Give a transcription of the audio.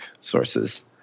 sources